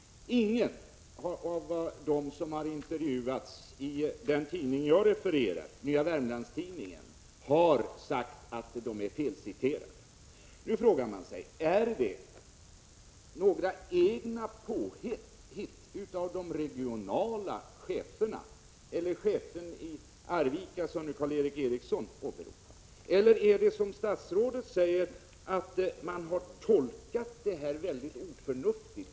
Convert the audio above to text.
Inga av dem som har intervjuats i den tidning jag har refererat, Nya Wermlands-Tidningen, har sagt att de är felciterade. Nu frågar man sig: Är det några egna påhitt av de regionala cheferna eller av chefen i Arvika, som Karl Erik Eriksson åberopade? Eller är det som statsrådet säger, att man har tolkat direktiven väldigt oförnuftigt?